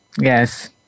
yes